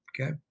Okay